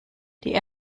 die